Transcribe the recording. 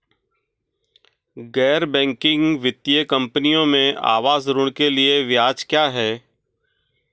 गैर बैंकिंग वित्तीय कंपनियों में आवास ऋण के लिए ब्याज क्या है?